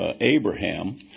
Abraham